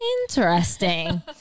Interesting